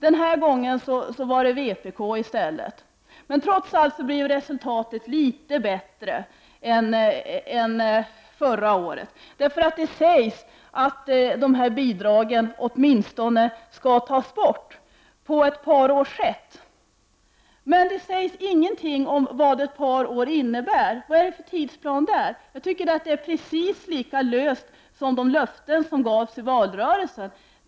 Den här gången var det i stället vpk som krånglade. Trots allt har resultatet nu blivit litet bättre än förra året. Det sägs nämligen att dessa bidrag inom ett par år skall tas bort. Det sägs däremot ingenting om vad ett par år innebär. Vilken tidsplan är det fråga om? Jag tycker att det är precis lika löst som de löften som gavs i valrörelsen.